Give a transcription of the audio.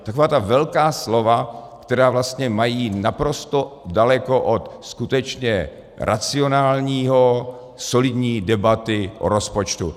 Taková ta velká slova, která vlastně mají naprosto daleko od skutečně racionální, solidní debaty o rozpočtu.